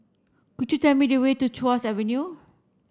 could you tell me the way to Tuas Avenue